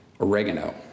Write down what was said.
oregano